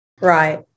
Right